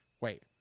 wait